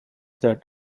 that